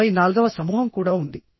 ఆపై నాల్గవ సమూహం కూడా ఉంది